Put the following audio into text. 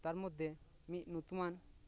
ᱛᱟᱨ ᱢᱚᱫᱽᱫᱷᱮ ᱢᱤᱫ ᱧᱩᱛᱩᱢᱟᱱ